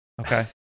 Okay